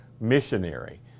missionary